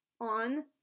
on